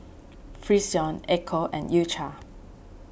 Frixion Ecco and U Cha